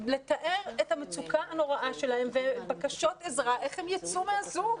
לתאר את המצוקה הנוראה שלהן ובקשות לעזרה כדי לצאת מה-זום.